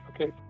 Okay